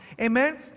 Amen